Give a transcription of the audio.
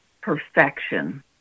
perfection